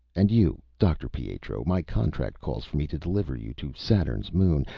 and you, dr. pietro my contract calls for me to deliver you to saturn's moon,